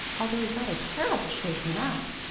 although he got a terrible shaking up.